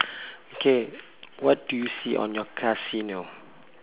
okay what do you see on your casino